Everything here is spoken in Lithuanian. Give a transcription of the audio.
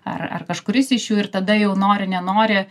ar ar kažkuris iš jų ir tada jau nori nenori